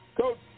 Coach